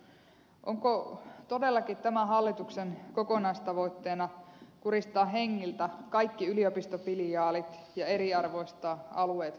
onko todellakin tämän hallituksen kokonaistavoitteena kuristaa hengiltä kaikki yliopistofiliaalit ja eriarvoistaa alueet korkeakoulutuspoliittisesti